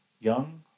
young